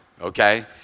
okay